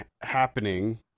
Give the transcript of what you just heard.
happening